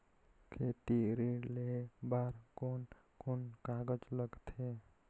खेती ऋण लेहे बार कोन कोन कागज लगथे?